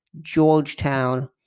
Georgetown